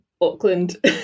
Auckland